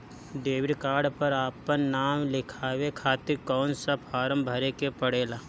Debit card पर आपन नाम लिखाये खातिर कौन सा फारम भरे के पड़ेला?